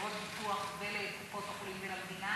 לחברות הביטוח ולקופות-החולים ולמדינה